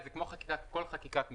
זה כמו כל חקיקת משנה.